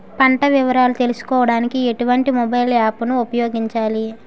పంట వివరాలు తెలుసుకోడానికి ఎటువంటి మొబైల్ యాప్ ను ఉపయోగించాలి?